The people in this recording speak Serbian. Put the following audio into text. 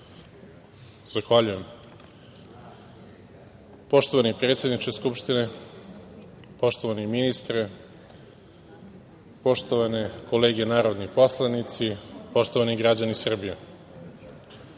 Zahvaljujem. Poštovani predsedniče Skupštine, poštovani ministre, poštovane kolege narodni poslanici, poštovani građani Srbije,